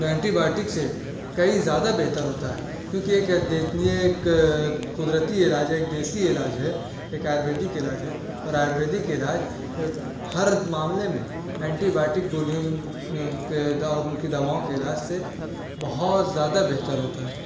anti biotic سے کئی زیادہ بہتر ہوتا ہے کیوں کہ یہ کہتی ہے یہ اتنی یہ ایک ایک قدرتی علاج ہے ایک دیسی علاج ہے ایک آیورویدک علاج ہے اور آیورویدک علاج ہر معاملے میں اینٹی باٹیک گولیوں اور ان کی داواؤں کے علاج سے بہت زیادہ بہتر ہوتا ہے